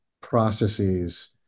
processes